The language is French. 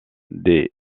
des